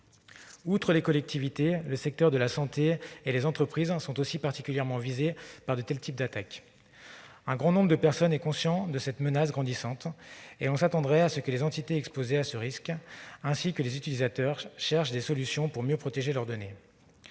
Outre les collectivités locales, le secteur de la santé et les entreprises sont aussi particulièrement visés par de tels types d'attaques. De nombreuses personnes sont conscientes de cette menace grandissante, et l'on s'attendrait à ce que tant les entités exposées à ce risque que les utilisateurs cherchent des solutions pour mieux protéger leurs données.